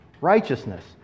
righteousness